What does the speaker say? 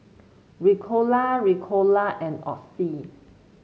Ricola Ricola and Oxy